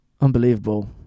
unbelievable